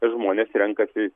žmonės renkasi